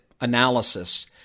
analysis